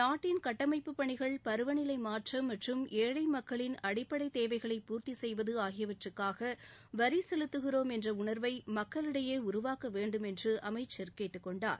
நாட்டின் கட்டமைப்பு பணிகள் பருவநிலை மாற்றம் மற்றும் ஏழை மக்களின் அடிப்படை தேவைகளை பூர்த்தி செய்வது ஆகியவற்றுக்காக வரிச் செலுத்துகிறோம் என்ற உணர்வை மக்களிடையே உருவாக்க வேண்டும் என்று அமைச்சர் கேட்டுக்கொண்டார்